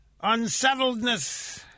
unsettledness